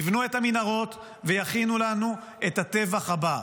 יבנו את המנהרות ויכינו לנו את הטבח הבא.